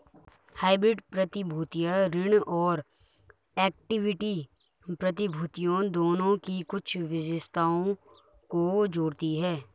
hybrid प्रतिभूतियां ऋण और इक्विटी प्रतिभूतियों दोनों की कुछ विशेषताओं को जोड़ती हैं